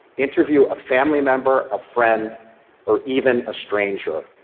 interview a family member, a friend or even a stranger.